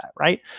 right